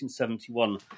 1971